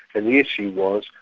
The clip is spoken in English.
and the issue was,